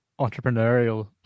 entrepreneurial